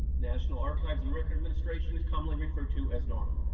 national archives and record administration is commonly referred to as nara.